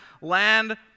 land